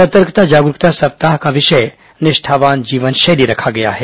सतर्कता जागरूकता सप्ताह का विषय निष्ठावान जीवन शैली रखा गया है